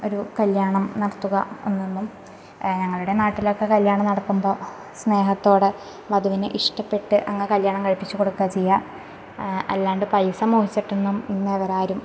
ഒരു കല്യാണം നടത്തുക എന്നൊന്നും ഞങ്ങളുടെ നാട്ടിലൊക്കെ കല്യാണം നടത്തുമ്പോൾ സ്നേഹത്തോടെ വധുവിനെ ഇഷ്ടപ്പെട്ട് അങ്ങ് കല്യണം കഴിപ്പിച്ച് കൊടുക്കുവാ ചെയ്യുക അല്ലാണ്ട് പൈസ മോഹിച്ചിട്ടൊന്നും ഇന്നേവരെ ആരും